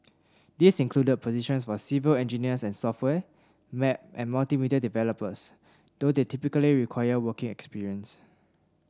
these included positions for civil engineers and software web and multimedia developers though they typically required working experience